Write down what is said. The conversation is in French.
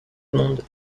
monde